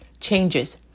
changes